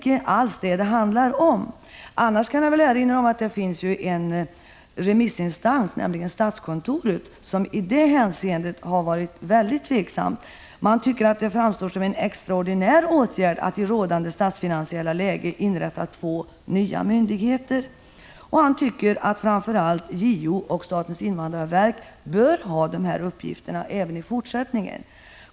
En av remissinstanserna, nämligen statskontoret, har i detta hänseende varit mycket tveksam och anser att det framstår som en extraordinär åtgärd att i rådande statsfinansiella läge inrätta två nya myndigheter. Man anser att framför allt JO och statens invandrarverk bör ha dessa uppgifter även i fortsättningen.